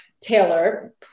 Taylor